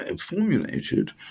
formulated